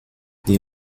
die